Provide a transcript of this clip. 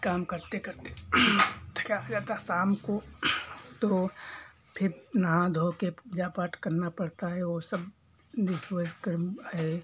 काम करते करते थका जाता शाम को तो फिर नहा धो के पूजा पाठ करना पड़ता है और सब जिसे सब है